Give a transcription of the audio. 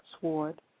sword